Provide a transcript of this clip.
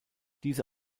diese